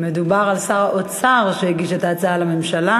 שר האוצר הגיש את ההצעה לממשלה,